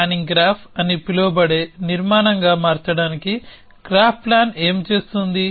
planning graph అని పిలువబడే నిర్మాణంగా మార్చడానికి గ్రాఫ్ ప్లాన్ ఏమి చేస్తుంది